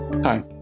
Hi